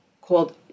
called